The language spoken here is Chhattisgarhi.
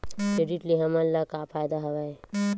क्रेडिट ले हमन ला का फ़ायदा हवय?